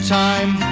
time